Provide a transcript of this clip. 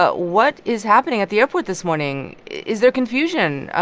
but what is happening at the airport this morning? is there confusion?